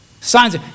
Signs